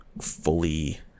fully